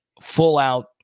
full-out